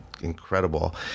incredible